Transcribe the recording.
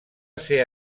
ser